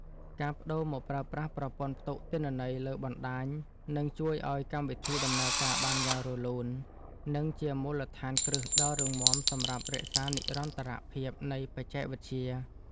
ការប្តូរមកប្រើប្រាស់ប្រព័ន្ធផ្ទុកទិន្នន័យលើបណ្តាញនឹងជួយឱ្យកម្មវិធីដំណើរការបានយ៉ាងរលូន និង ជាមូលដ្ឋានគ្រឹះដ៏រឹងមាំសម្រាប់រក្សានិរន្តរភាពនៃបច្ចេកវិទ្យា។